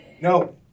No